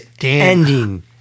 ending